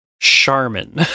Charmin